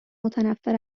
متنفّر